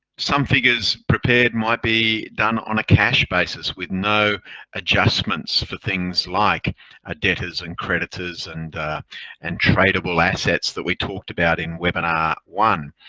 some figures prepared might be done on a cash basis with no adjustments for things like ah debtors and creditors and and tradable assets that we talked about in webinar one.